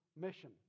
mission